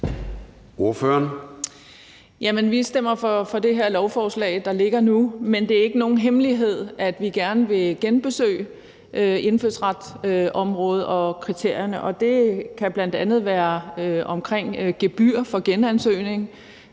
Vi stemmer for det her lovforslag, der ligger nu, men det er ikke nogen hemmelighed, at vi gerne vil genbesøge indfødsretsområdet og kriterierne. Det kan bl.a. være i forhold til gebyrer for genansøgning,